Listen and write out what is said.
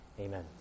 Amen